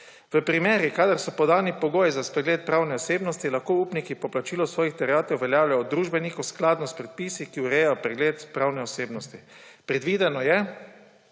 V primerih, kadar so podani pogoji za spregled pravne osebnosti, lahko upniki poplačilo svojih terjatev uveljavljajo od družbenikov skladno s predpisi, ki urejajo pregled pravne osebnosti. Predvideno je,